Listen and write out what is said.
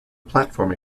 platform